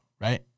right